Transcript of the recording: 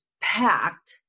packed